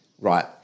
right